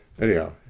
anyhow